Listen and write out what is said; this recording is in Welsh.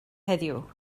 heddiw